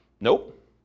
nope